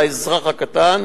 לאזרח הקטן,